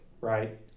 right